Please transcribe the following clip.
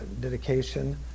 dedication